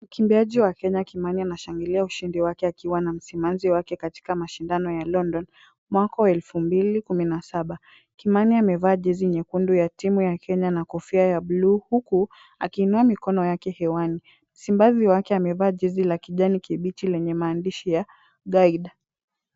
Mkimbiaji wa Kenya Kimani anashangilia ushindi wake akiwa na msimamizi wake katika mashindano ya London, mwaka wa elfu mbili kumi na saba. Kimani amevaa jezi nyekundu ya timu ya Kenya na kofia ya bluu huku akiinua mikono yake hewani. Msimbazi wake amevaa jezi la kijani kibichi lenye maandishi ya Guide .